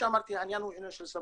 יש לנו את האמצעים,